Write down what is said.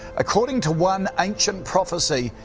according to one ancient prophecy,